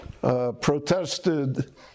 protested